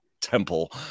temple